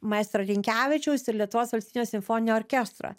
maestro rinkevičiaus ir lietuvos valstybinio simfoninio orkestro